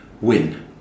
win